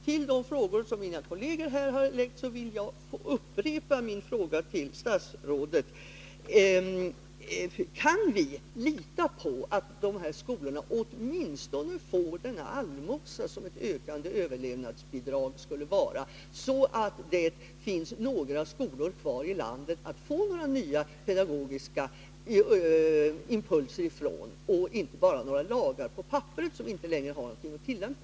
Till de frågor som mina kolleger har väckt vill jag foga min fråga till statsrådet, som jag upprepar: Kan vi lita på att de här skolorna åtminstone får den allmosa som ett ökat överlevnadsbidrag skulle vara, så att det finns några skolor kvar i landet att få nya pedagogiska impulser ifrån och så att vi inte bara har några lagar på papperet som inte kan tillämpas på någonting?